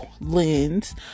lens